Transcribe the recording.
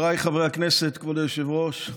כבוד היושב-ראש,